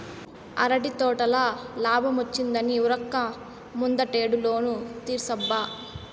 అరటి తోటల లాబ్మొచ్చిందని ఉరక్క ముందటేడు లోను తీర్సబ్బా